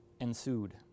ensued